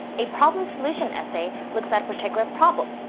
a problem-solution essay looks at a particular problem,